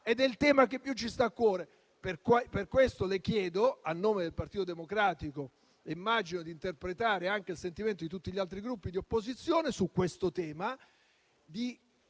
il tema che più ci sta a cuore. Per questo motivo, le chiedo, a nome del Partito Democratico (e immagino di interpretare il sentimento anche di tutti gli altri Gruppi di opposizione su questo tema), di